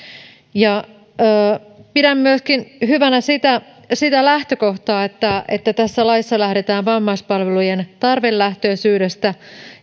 pidän myöskin hyvänä sitä lähtökohtaa että että tässä laissa lähdetään vammaispalveluiden tarvelähtöisyydestä